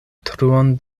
truon